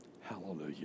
hallelujah